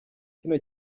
kino